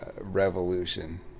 revolution